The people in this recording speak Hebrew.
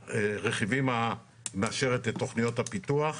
הרכיבים, מאשרת את תכניות הפיתוח.